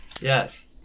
Yes